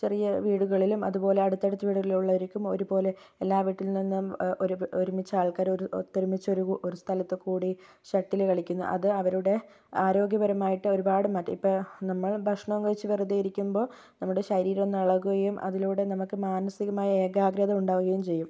ചെറിയ വീടുകളിലും അതുപോലെ അടുത്തടുത്ത വീടുകളിലുള്ളവർക്കും ഒരുപോലെ എല്ലാ വീട്ടിൽ നിന്നും ഒർ ഒരുമിച്ച് ആൾക്കാർ ഒത്തൊരുമിച്ച് ഒരു സ്ഥലത്ത് കൂടി ഷട്ടിൽ കളിക്കുന്നു അത് അവരുടെ ആരോഗ്യപരമായിട്ട് ഒരുപാട് മാറ്റം ഇപ്പോൾ നമ്മൾ ഭക്ഷണം കഴിച്ച് വെറുതെയിരിക്കുമ്പോൾ നമ്മുടെ ശരീരം ഒന്ന് ഇളകുകയും അതിലൂടെ നമുക്ക് മാനസികമായ ഏകാഗ്രത ഉണ്ടാവുകയും ചെയ്യും